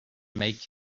make